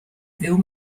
fyw